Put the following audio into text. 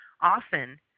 often